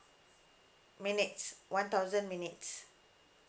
minutes one thousand minutes